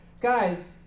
Guys